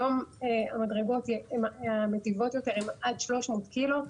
היום המדרגות מיטיבות יותר, הן עד 300 קילו.